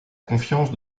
confiance